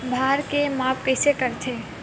भार के माप कइसे करथे?